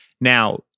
Now